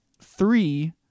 three